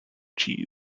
cheese